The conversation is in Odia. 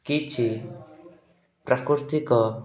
କିଛି ପ୍ରାକୃତିକ